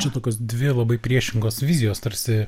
čia tokios dvi labai priešingos vizijos tarsi